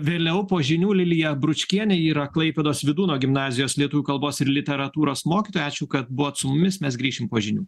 vėliau po žinių lilija bručkienė yra klaipėdos vydūno gimnazijos lietuvių kalbos ir literatūros mokytoja ačiū kad buvot su mumis mes grįšim po žinių